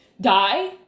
die